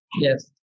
Yes